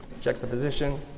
juxtaposition